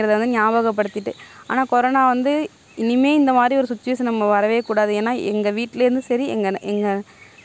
ஆனால் அந்த மாணவர்களுக்கு நல்லா ஒரு கோச்சிங் கொடுத்தாங்கன்னா அவங்களும் வந்து இதுக்கு ஈக்குவல்லாக அவங்களாக வரக்கூடிய வாய்ப்பு இருக்கு